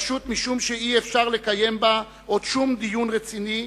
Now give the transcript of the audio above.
פשוט משום שאי-אפשר לקיים בה עוד שום דיון רציני,